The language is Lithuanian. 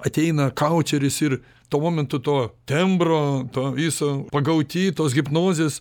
ateina kaučeris ir tuo momentu to tembro to viso pagauti tos hipnozės